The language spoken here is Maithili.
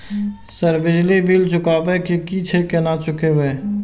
सर बिजली बील चुकाबे की छे केना चुकेबे?